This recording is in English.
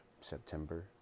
September